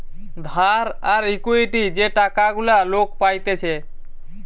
ধার আর ইকুইটি যে টাকা গুলা লোক পাইতেছে